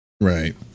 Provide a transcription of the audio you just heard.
Right